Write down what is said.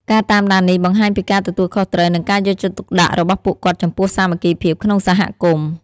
ការតាមដាននេះបង្ហាញពីការទទួលខុសត្រូវ និងការយកចិត្តទុកដាក់របស់ពួកគាត់ចំពោះសាមគ្គីភាពក្នុងសហគមន៍។